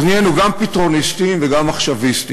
אז נהיינו גם פתרוניסטים וגם עכשוויסטים,